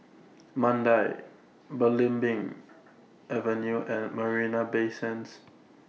Mandai Belimbing Avenue and Marina Bay Sands